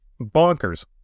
bonkers